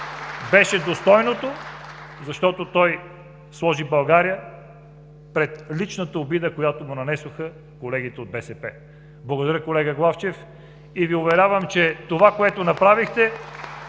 беше достойното, защото сложи България пред личната обида, която му нанесоха колегите от БСП. Благодаря, колега Главчев, и Ви уверявам, че онова, което направихте,